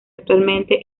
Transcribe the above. actualmente